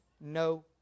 no